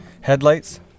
Headlights